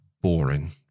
boring